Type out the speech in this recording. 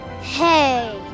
Hey